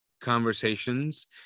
conversations